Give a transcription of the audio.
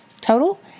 total